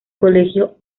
colegio